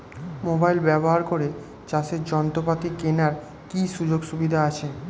Mobile ব্যবহার করে চাষের যন্ত্রপাতি কেনার কি সুযোগ সুবিধা আছে?